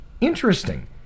interesting